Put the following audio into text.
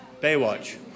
Baywatch